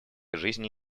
жизни